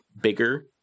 bigger